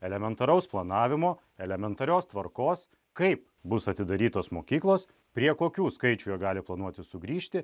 elementaraus planavimo elementarios tvarkos kaip bus atidarytos mokyklos prie kokių skaičių jie gali planuoti sugrįžti